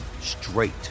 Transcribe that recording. straight